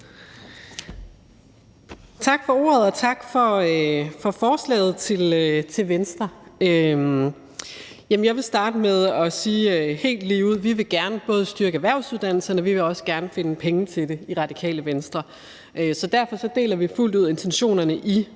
Tak for ordet, og tak for forslaget til Venstre. Jeg vil starte med at sige helt ligeud, at vi i Radikale Venstre gerne både vil styrke erhvervsuddannelserne, og at vi også gerne vil finde pengene til det. Så derfor deler vi fuldt ud intentionerne i